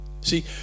see